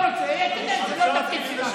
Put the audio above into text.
מי שלא רוצה, לא ייכנס.